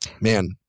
Man